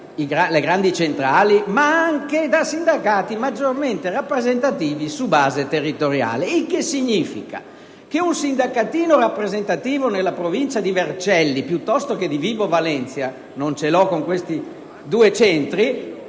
le grandi centrali, ma anche da sindacati maggiormente rappresentativi su base territoriale. Il che significa che un piccolo sindacato rappresentativo nella provincia di Vercelli piuttosto che di Vibo Valentia - non ce l'ho con questi due centri